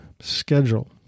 schedule